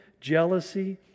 jealousy